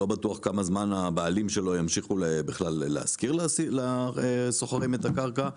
לא בטוח כמה זמן הבעלים של הקרקע ימשיך להשכיר לשוכרים את הקרקע.